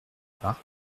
pas